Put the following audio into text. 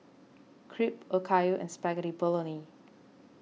Crepe Okayu Spaghetti Bolognese